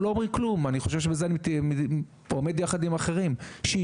אני חושב שבזה אני עומד יחד עם אחרים: אנחנו